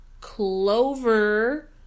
Clover